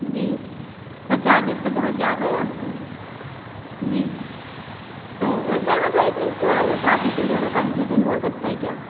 जी sir charges तो बहुत ज्यादा है आपके जी तो सर मतलब इसमें थोड़ा सा चार्जेस में थोड़ा कंसेसन हो सकता है क्या